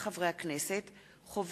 מאת חברי הכנסת זאב